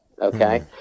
Okay